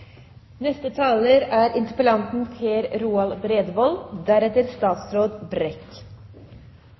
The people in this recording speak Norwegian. neste taler er statsråd